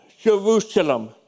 Jerusalem